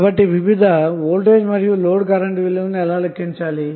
కాబట్టి వివిధ load voltage మరియు లోడ్ కరెంటు విలువలనుఎలా లెక్కించాలి